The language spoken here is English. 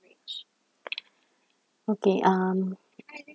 okay um